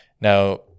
now